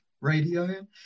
radio